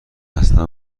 اصلا